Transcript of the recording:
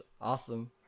awesome